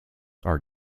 are